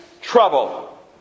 trouble